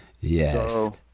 Yes